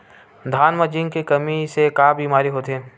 धान म जिंक के कमी से का बीमारी होथे?